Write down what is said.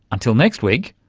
until next week,